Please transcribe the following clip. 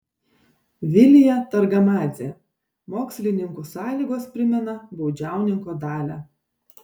vilija targamadzė mokslininkų sąlygos primena baudžiauninko dalią